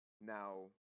Now